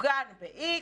מוגן ב-X,